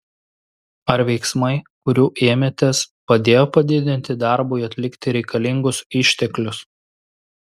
ar veiksmai kurių ėmėtės padėjo padidinti darbui atlikti reikalingus išteklius